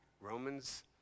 Romans